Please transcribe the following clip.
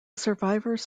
survivors